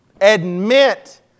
Admit